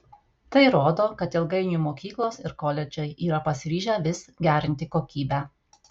tai rodo kad ilgainiui mokyklos ir koledžai yra pasiryžę vis gerinti kokybę